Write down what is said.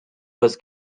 was